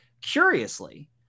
Curiously